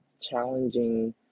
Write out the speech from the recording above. challenging